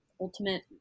ultimate